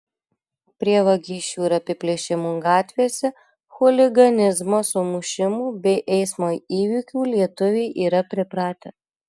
prie vagysčių ir apiplėšimų gatvėse chuliganizmo sumušimų bei eismo įvykių lietuviai yra pripratę